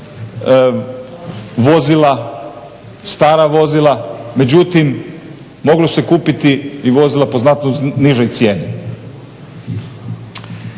vozila, stara vozila, međutim mogla su se kupiti i vozila po znatno nižoj cijeni.